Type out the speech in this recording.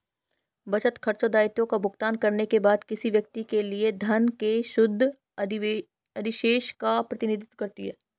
बचत, खर्चों, दायित्वों का भुगतान करने के बाद किसी व्यक्ति के लिए धन के शुद्ध अधिशेष का प्रतिनिधित्व करती है